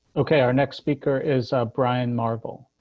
okay. our next speaker is brian marvel